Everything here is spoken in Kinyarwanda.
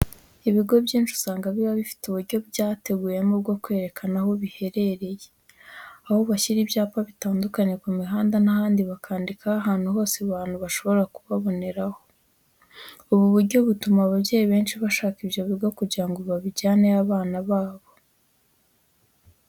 Ibigo byinshi usanga biba bifite uburyo bwateguyemo bwo kwerekana aho biherereye, aho bashyira ibyapa bitandukanye ku mihanda n'ahandi bakandikaho ahantu hose abantu bashobora kubaboneraho. Ubu buryo butuma ababyeyi benshi bashaka ibyo bigo kugira ngo bajyaneyo abana babo.